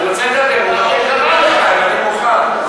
אני רוצה לדבר אבל, אז תעלה, הוא קרא לך.